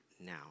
now